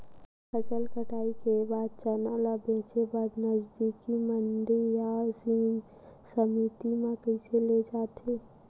फसल कटाई के बाद चना ला बेचे बर नजदीकी मंडी या समिति मा कइसे ले जाथे?